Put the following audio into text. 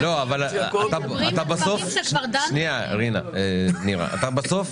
בסוף אתה צריך